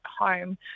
home